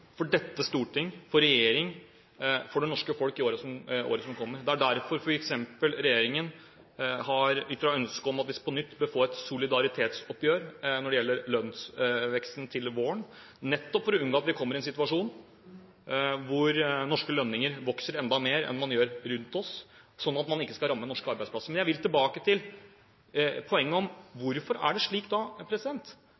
for dette storting, for regjeringen, for det norske folk i året som kommer. Det er f.eks. derfor regjeringen har ytret ønske om at vi på nytt bør få et solidaritetsoppgjør når det gjelder lønnsveksten til våren – nettopp for å unngå at vi kommer i en situasjon hvor norske lønninger vokser enda mer enn de gjør rundt oss, sånn at man ikke skal ramme norske arbeidsplasser. Men jeg vil tilbake til poenget om